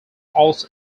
also